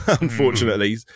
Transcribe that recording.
Unfortunately